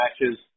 matches